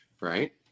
right